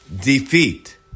defeat